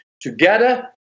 together